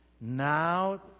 Now